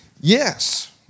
yes